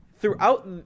Throughout